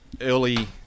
Early